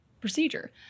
procedure